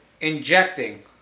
injecting